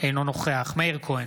אינו נוכח מאיר כהן,